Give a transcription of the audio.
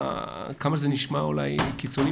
כמה שזה נשמע קיצוני,